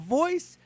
voice